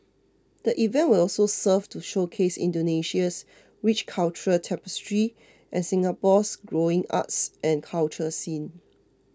the event will also serve to showcase Indonesia's rich cultural tapestry and Singapore's growing arts and culture scene